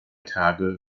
tage